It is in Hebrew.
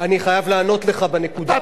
לענות לך בנקודה הזאת,